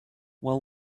well